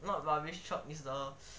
not rubbish truck is the